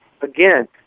again